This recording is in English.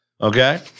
Okay